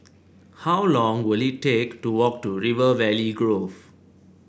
how long will it take to walk to River Valley Grove